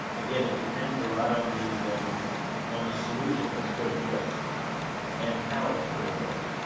again, it depends a lot on the on the solution that's put in place and how it's put in place.